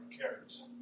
cares